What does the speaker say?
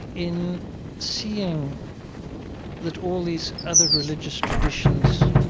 in seeing that all these other religious traditions